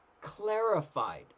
clarified